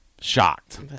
shocked